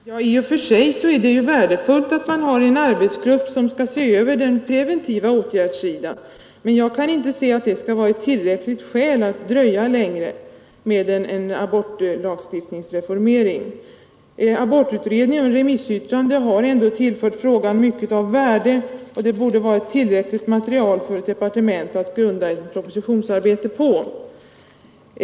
Herr talman! I och för sig är det värdefullt att en arbetsgrupp nu ser över den preventiva åtgärdssidan, men det är inte ett tillräckligt skäl för att dröja längre med en reformering av abortlagstiftningen. Abortutredningen och remissyttrandena, som tillfört frågan mycket av värde, borde utgöra tillräckligt material för ett departement att grunda ett propositionsarbete på.